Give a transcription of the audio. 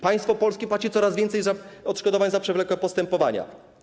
Państwo polskie płaci coraz więcej odszkodowań za przewlekłe postępowania.